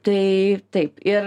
tai taip ir